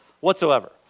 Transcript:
whatsoever